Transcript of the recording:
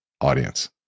audience